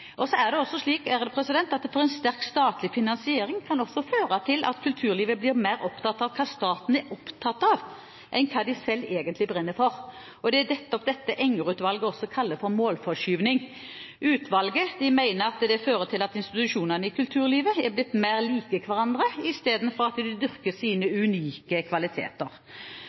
Så er det også slik at en for sterk statlig finansiering kan føre til at kulturlivet blir mer opptatt av hva staten er opptatt av enn hva de selv egentlig brenner for. Det er dette Enger-utvalget kaller for målforskyvning. Utvalget mener at dette fører til at institusjonene i kulturlivet er blitt mer lik hverandre i stedet for at de dyrker sine unike kvaliteter.